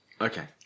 Okay